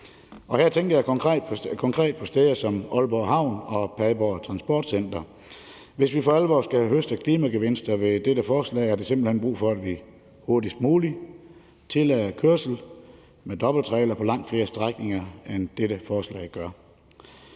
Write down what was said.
her tænker jeg konkret på steder som Aalborg Havn og Padborg Transportcenter. Hvis vi for alvor skal høste klimagevinsterne ved dette forslag, er der simpelt hen brug for, at vi hurtigst muligt tillader kørsel med dobbelttrailere på langt flere strækninger, end dette forslag gør.